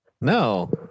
No